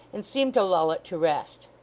and seemed to lull it to rest.